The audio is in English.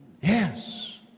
Yes